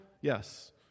yes